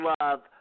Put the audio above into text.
love